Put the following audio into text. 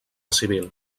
civil